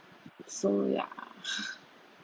so ya